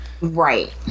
Right